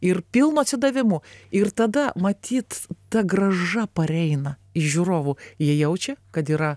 ir pilnu atsidavimu ir tada matyt ta grąža pareina iš žiūrovų jie jaučia kad yra